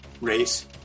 race